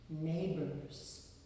neighbors